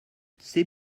c’est